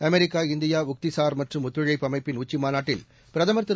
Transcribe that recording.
America India உக்திசார் மற்றும் ஒத்துழைப்பு அமைப்பின் உச்சிமாநாட்டில் பிரதமர் திரு